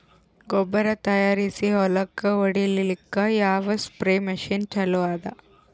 ಗೊಬ್ಬರ ತಯಾರಿಸಿ ಹೊಳ್ಳಕ ಹೊಡೇಲ್ಲಿಕ ಯಾವ ಸ್ಪ್ರಯ್ ಮಷಿನ್ ಚಲೋ ಅದ?